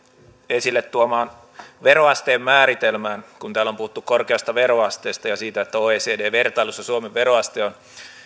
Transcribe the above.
esilletuomaan veroasteen määritelmään kun täällä on puhuttu korkeasta veroasteesta ja siitä että oecd vertailussa suomen veroaste on